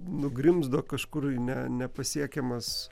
nugrimzdo kažkur į ne nepasiekiamas